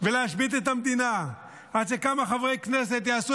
ולהשבית את המדינה עד שכמה חברי כנסת יעשו